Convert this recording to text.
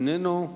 איננו,